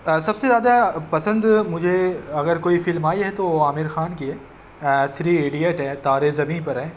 سب سے زیادہ پسند مجھے اگر کوئی فلم آئی ہے تو وہ عامر خان کی ہے تھری ایڈیٹ ہے تارے زمیں پر ہے